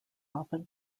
often